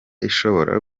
ishobora